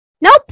Nope